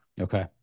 okay